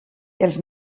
els